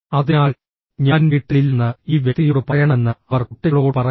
അതിനാൽ ഞാൻ വീട്ടിൽ ഇല്ലെന്ന് ഈ വ്യക്തിയോട് പറയണമെന്ന് അവർ കുട്ടികളോട് പറയുന്നു